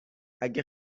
اگه